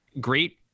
Great